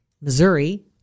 Missouri